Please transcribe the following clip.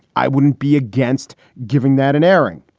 i wouldn't be against giving that an airing.